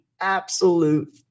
absolute